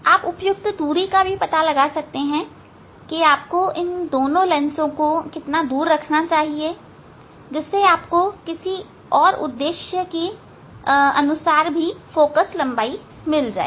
आप उपयुक्त दूरी का भी पता लगा सकते हैं कि आपको इन दोनों लेंसों को कितनी दूरी पर रखना चाहिए जिससे आपको किसी उद्देश्य के इच्छा अनुसार फोकल लंबाई मिल जाए